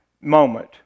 moment